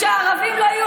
מי שונא ערבים?